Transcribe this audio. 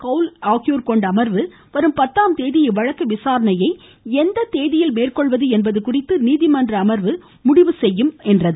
கவுல் ஆகியோர் கொண்ட அமர்வு வரும் பத்தாம் தேதி இவ்வழக்கு விசாரணையை எந்த தேதியில் மேற்கொள்வது என்பது குறித்து நீதிமன்ற அமர்வு முடிவு செய்யும் என்று தெரிவித்தது